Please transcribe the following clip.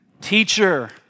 Teacher